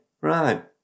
Right